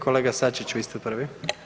Kolega Sačić vi ste prvi.